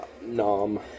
Nom